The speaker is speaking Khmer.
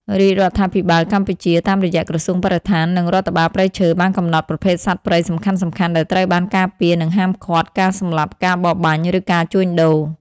រាជរដ្ឋាភិបាលកម្ពុជា តាមរយៈក្រសួងបរិស្ថាន និងរដ្ឋបាលព្រៃឈើ បានកំណត់ប្រភេទសត្វព្រៃសំខាន់ៗដែលត្រូវបានការពារ និងហាមឃាត់ការសម្លាប់ ការបរបាញ់ ឬការជួញដូរ។